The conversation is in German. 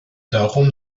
darum